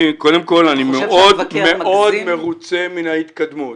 קודם כל, אני מאוד מרוצה מן ההתקדמות.